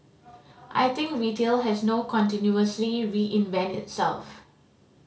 I think retail has no continuously reinvent itself